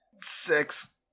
Six